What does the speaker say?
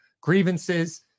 grievances